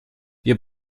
wir